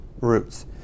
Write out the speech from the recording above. roots